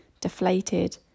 deflated